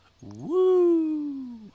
Woo